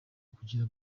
kugira